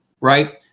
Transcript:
right